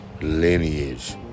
lineage